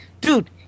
dude